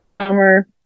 summer